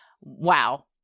wow